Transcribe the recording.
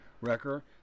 Wrecker